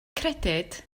credyd